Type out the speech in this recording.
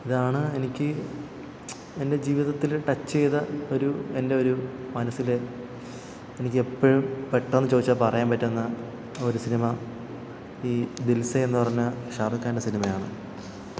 ഇതാണ് എനിക്ക് എൻ്റെ ജീവിതത്തിൽ ടച്ച് ചെയ്ത ഒരു എൻ്റെ ഒരു മനസ്സിലെ എനിക്കെപ്പോഴും പെട്ടെന്നു ചോദിച്ചാൽ പറയാൻ പറ്റുന്ന ഒരു സിനിമ ഈ ദിൽസേയെന്നു പറഞ്ഞ ഷാറുഖാൻ്റെ സിനിമയാണ്